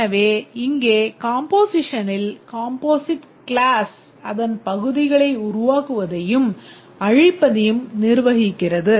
எனவே இங்கே கம்போசிஷனில் காம்போசிட் க்ளாஸ் அதன் பகுதிகளை உருவாக்குவதையும் அழிப்பதையும் நிர்வகிக்கிறது